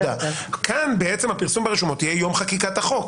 כאן בעצם הפרסום ברשומות יהיה יום חקיקת החוק,